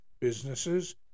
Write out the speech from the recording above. businesses